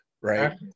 right